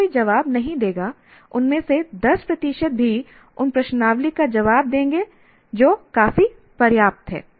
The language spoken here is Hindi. हर कोई जवाब नहीं देगा उनमें से 10 प्रतिशत भी उन प्रश्नावली का जवाब देंगे जो काफी पर्याप्त हैं